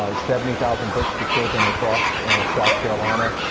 ah seventy thousand books to children across south carolina.